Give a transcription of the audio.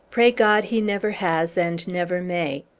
pray god he never has, and never may.